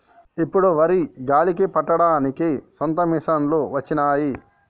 ఇప్పుడు వరి గాలికి పట్టడానికి సొంత మిషనులు వచ్చినాయి